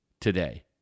today